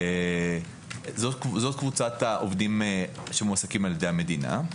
זאת קבוצת העובדים שמועסקים על ידי המדינה.